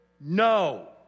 no